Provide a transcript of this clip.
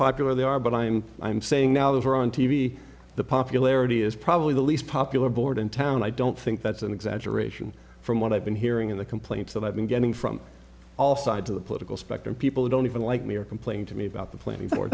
unpopular they are but i'm i'm saying now that you're on t v the popularity is probably the least popular board in town i don't think that's an exaggeration from what i've been hearing in the complaints that i've been getting from all sides of the political spectrum people who don't even like me are complaining to me about the planning for